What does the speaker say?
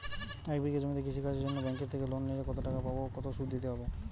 এক বিঘে জমিতে কৃষি কাজের জন্য ব্যাঙ্কের থেকে লোন নিলে কত টাকা পাবো ও কত শুধু দিতে হবে?